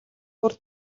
бүр